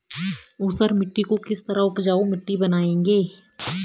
ऊसर मिट्टी को किस तरह उपजाऊ मिट्टी बनाएंगे?